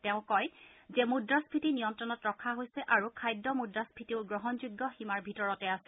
তেওঁ কয় যে মূদ্ৰাস্ফীতি নিয়ন্ত্ৰণত ৰখা হৈছে আৰু খাদ্য মূদ্ৰাস্ফীতিও গ্ৰহণযোগ্য সীমাৰ ভিতৰতে আছে